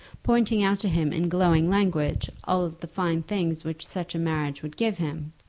pointing out to him in glowing language all the fine things which such a marriage would give him,